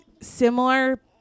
similar